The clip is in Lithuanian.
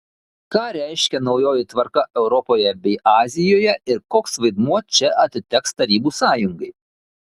ką reiškia naujoji tvarka europoje bei azijoje ir koks vaidmuo čia atiteks tarybų sąjungai